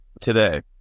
today